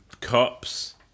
cops